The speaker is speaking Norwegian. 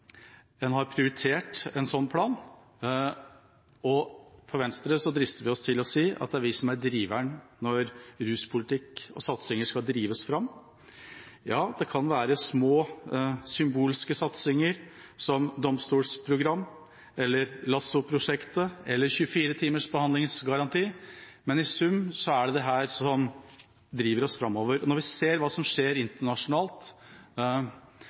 har prioritert en slik plan, og for Venstres del drister vi oss til å si at det er vi som er driveren når ruspolitikk og -satsinger skal drives fram. Ja, det kan være små, symbolske satsinger, som domstolsprogram, LASSO-prosjektet eller 24-timers behandlingsgaranti, men i sum er det dette som driver oss framover. Når vi ser hva som skjer internasjonalt,